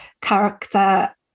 character